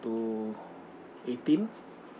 to eighteen